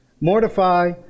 Mortify